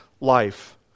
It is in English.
life